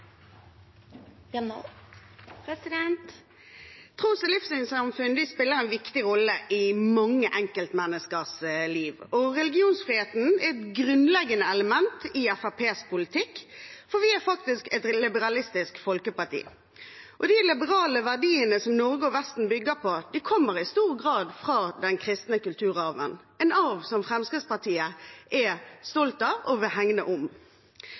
et grunnleggende element i Fremskrittspartiets politikk, for vi er faktisk et liberalistisk folkeparti. De liberale verdiene som Norge og Vesten bygger på, kommer i stor grad fra den kristne kulturarven, en arv som Fremskrittspartiet er stolt av og vil hegne om.